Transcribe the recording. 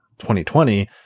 2020